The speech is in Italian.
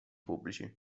pubblici